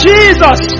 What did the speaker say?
Jesus